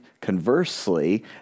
conversely